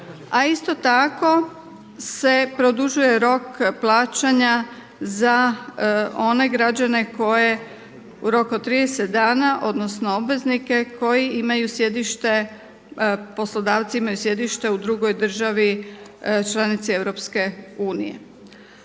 a isto tako se produžuje rok plaćanja za one građane koje rok od 30 dana odnosno obveznike koji imaju sjedište, poslodavci imaju sjedište u drugoj državi, članici EU. Isto tako